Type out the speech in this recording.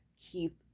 keep